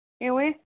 ꯌꯦꯡꯉꯣꯍꯦ